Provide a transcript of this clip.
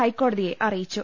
ഹൈക്കോടതിയെ അറിയിച്ചു